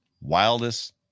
wildest